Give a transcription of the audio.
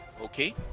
Okay